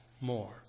more